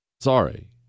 Sorry